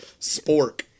spork